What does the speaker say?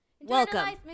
Welcome